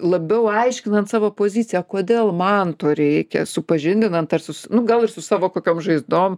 labiau aiškinant savo poziciją kodėl man to reikia supažindinant ar su nu gal ir su savo kokiom žaizdom